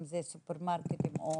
אם זה סופרמרקטים או